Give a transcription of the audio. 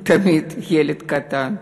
הוא תמיד ילד קטן,